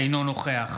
אינו נוכח